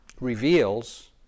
reveals